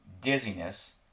dizziness